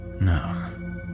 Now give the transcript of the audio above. No